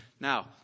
Now